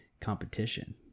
competition